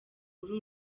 muri